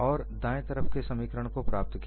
और उन्होंने दाएं तरफ के समीकरण को प्राप्त किया